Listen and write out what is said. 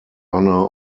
honor